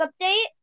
update